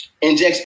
injects